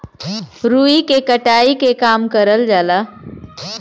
रुई के कटाई के काम करल जाला